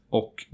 och